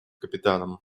капитаном